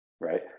right